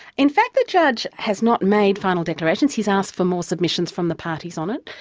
in fact, the judge has not made final declarations. he's asked for more submissions from the parties on it,